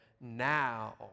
now